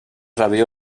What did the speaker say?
reviu